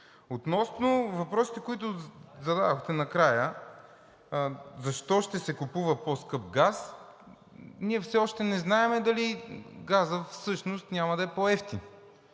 Относно въпросите, които зададохте накрая – защо ще се купува по-скъп газ? Ние все още не знаем дали газът всъщност няма да е по евтин.